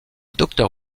docteur